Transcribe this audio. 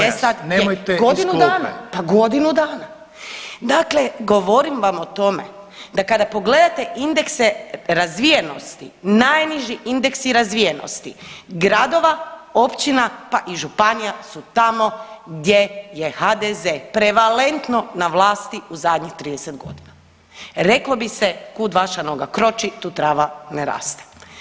Jel je, jel je sad, je, godinu dana, pa godinu dana, dakle govorim vam o tome da kada pogledate indekse razvijenosti, najniži indeksi razvijenosti gradova, općina, pa i županija su tamo gdje je HDZ, prevalentno na vlasti u zadnjih 30.g., reklo bi se kud vaša noga kroči tu trava ne raste.